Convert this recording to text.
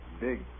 Big